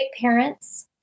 parents